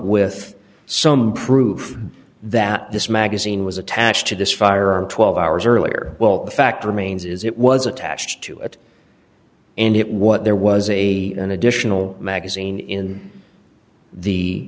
with some proof that this magazine was attached to this firearm twelve hours earlier well the fact remains is it was attached to it and it what there was a an additional magazine in